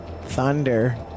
Thunder